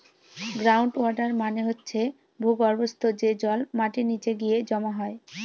ground water মানে হচ্ছে ভূর্গভস্ত, যে জল মাটির নিচে গিয়ে জমা হয়